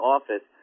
Office